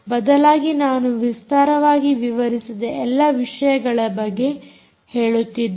ಬದಲಾಗಿ ನಾನು ವಿಸ್ತಾರವಾಗಿ ವಿವರಿಸಿದ ಎಲ್ಲಾ ವಿಷಯಗಳ ಬಗ್ಗೆ ಹೇಳುತ್ತಿದ್ದೇನೆ